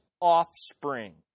offspring